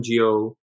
NGO